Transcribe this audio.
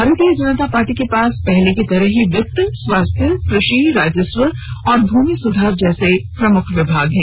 भारतीय जनता पार्टी के पास पहले की तरह ही वित्त स्वास्थ्य कृषि राजस्व और भूमि सुधार जैसे प्रमुख विभाग हैं